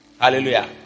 Hallelujah